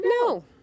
No